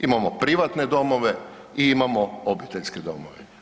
Imamo privatne domove i imamo obiteljske domove.